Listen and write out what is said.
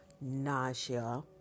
nausea